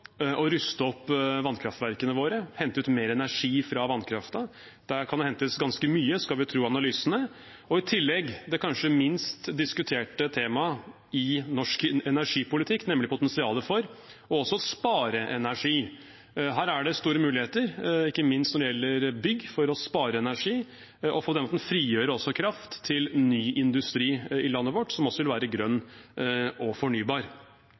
å ruste opp vannkraftverkene våre, hente ut mer energi fra vannkraften. Der kan det hentes ganske mye, skal vi tro analysene. I tillegg har vi det kanskje minst diskuterte temaet i norsk energipolitikk, nemlig potensialet for å spare energi. Her er det store muligheter, ikke minst når det gjelder bygg, for å spare energi og på den måten også frigjøre kraft til ny industri i landet vårt som også vil være grønn og fornybar.